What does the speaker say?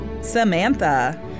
Samantha